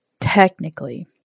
technically